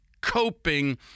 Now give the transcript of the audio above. coping